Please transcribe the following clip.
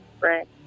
right